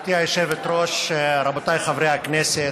גברתי היושבת-ראש, רבותיי חברי הכנסת,